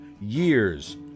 years